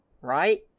right